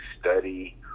study